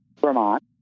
Vermont